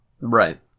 Right